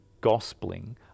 gospeling